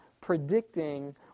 predicting